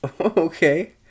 Okay